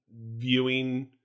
viewing